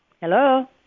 Hello